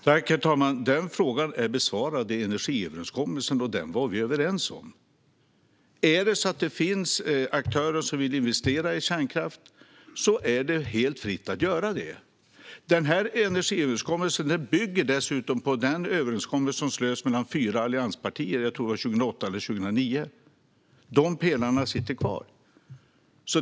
Herr talman! Den frågan är besvarad i energiöverenskommelsen, och den var vi överens om. Om det finns aktörer som vill investera i kärnkraft är det helt fritt att göra det. Energiöverenskommelsen bygger dessutom på den överenskommelse som slöts mellan fyra allianspartier, jag tror att det var 2008 eller 2009. De pelarna finns kvar.